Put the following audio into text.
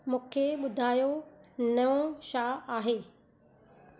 मूंखे ॿुधायो नओं छा आहे